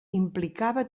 implicava